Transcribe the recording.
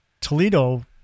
Toledo